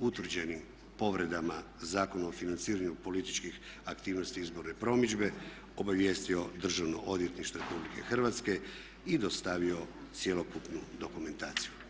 utvrđenim povredama Zakona o financiranju političkih aktivnosti i izborne promidžbe obavijestio Državno odvjetništvo Republike Hrvatske i dostavio cjelokupnu dokumentaciju.